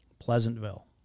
Pleasantville